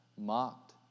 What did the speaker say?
Mocked